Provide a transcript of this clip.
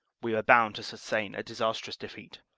we were bound to sustain a disastrous defeat.